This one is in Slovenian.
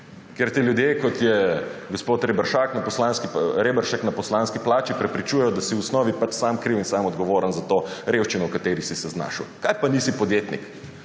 ker te ljudje, kot je gospod Reberšek na poslanski plači, prepričujejo, da si v osnovi pač sam kriv in sam odgovoren za to revščino, v kateri si se znašel. Kaj pa nisi podjetnik,